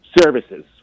services